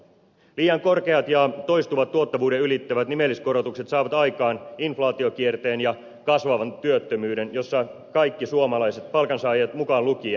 liian korkeat ja toistuvat tuottavuuden ylittävät nimelliskorotukset saavat aikaan inflaatiokierteen ja kasvavan työttömyyden jossa kaikki suomalaiset palkansaajat mukaan lukien häviävät